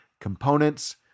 components